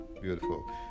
beautiful